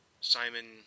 Simon